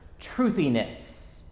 truthiness